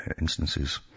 instances